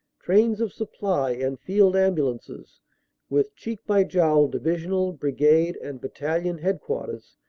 trains of supply and field ambulances with cheek-by-jowl divisional, brigade and battalion headquarters,